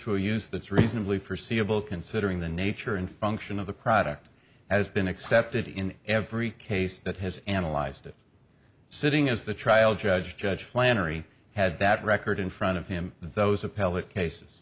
to use that's reasonably forseeable considering the nature and function of the product has been accepted in every case that has analyzed it sitting as the trial judge judge flannery had that record in front of him those appellate cases